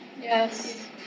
Yes